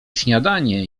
śniadanie